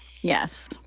yes